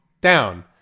down